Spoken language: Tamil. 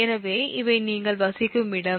எனவே இவை நீங்கள் வசிக்கும் இடம்